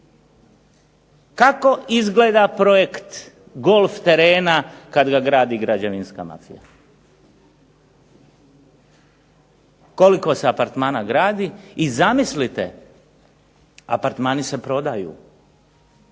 kako izgleda projekt golf terena kad ga gradi građevinska mafija. Koliko se apartmana gradi i zamislite apartmani se prodaju.